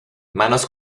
manos